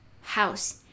house